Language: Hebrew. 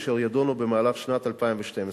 אשר יידונו במהלך שנת 2012,